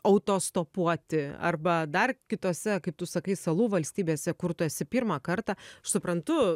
autostopuoti arba dar kitose kaip tu sakai salų valstybėse kur tu esi pirmą kartą suprantu